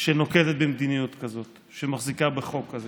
שנוקטת מדיניות כזאת, שמחזיקה בחוק כזה.